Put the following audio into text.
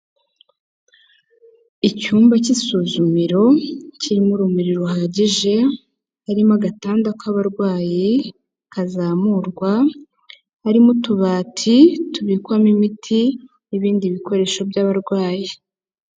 Icyumba cy'isuzumiro, kirimo urumuri ruhagije, harimo agatanda k'abarwayi, kazamurwa, harimo utubati, tubikwamo imiti n'ibindi bikoresho by'abarwayi.